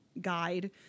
guide